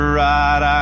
right